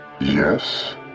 Yes